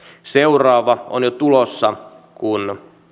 seuraava on jo tulossa kun